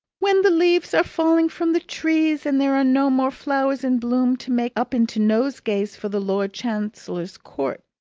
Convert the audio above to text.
when the leaves are falling from the trees and there are no more flowers in bloom to make up into nosegays for the lord chancellor's court,